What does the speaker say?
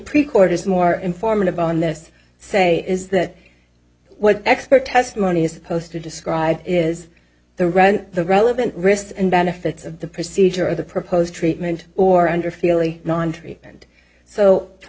pre court is more informative on this say is that what expert testimony is supposed to describe is the run the relevant risks and benefits of the procedure or the proposed treatment or under feely non treatment so for